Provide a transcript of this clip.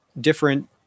different